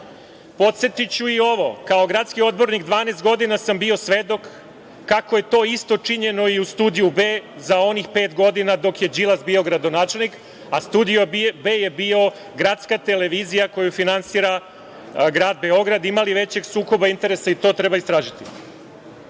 medije“.Podsetiću i ovo, kao gradski odbornik 12 godina sam bio svedok kako je to isto činjeno i u „Studiju B“ za onih pet godina dok je Đilas bio gradonačelnik, a „Studio B“ je bio gradska televizija koju finansira Grad Beograd. Ima li većeg sukoba interesa? I to treba istražiti. Ono